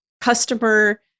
customer